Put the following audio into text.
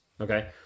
okay